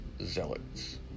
zealots